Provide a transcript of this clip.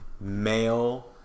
male